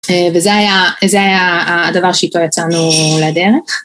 וזה היה הדבר שאיתו יצאנו לדרך.